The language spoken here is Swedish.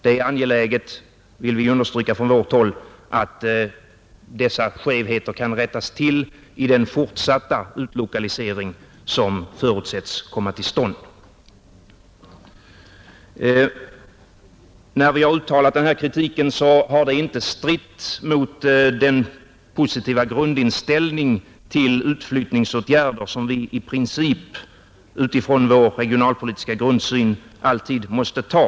Från vårt håll vill vi understryka att det är angeläget att dessa skevheter kan rättas till i den fortsatta utlokalisering som förutsätts komma till stånd. När vi har uttalat denna kritik har den inte stridit mot den positiva grundinställning till utflyttningsåtgärder som vi i princip utifrån vår regionalpolitiska grundsyn alltid måste ha.